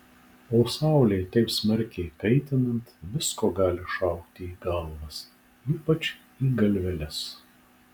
o saulei taip smarkiai kaitinant visko gali šauti į galvas ypač į galveles